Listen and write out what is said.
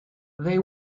they